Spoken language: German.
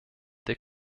der